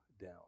down